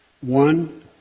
One